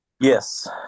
Yes